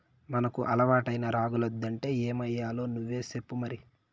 మనకు అలవాటైన రాగులొద్దంటే ఏమయ్యాలో నువ్వే సెప్పు మరి